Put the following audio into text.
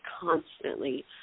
constantly